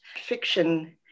fiction